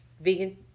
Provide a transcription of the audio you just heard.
vegan